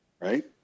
right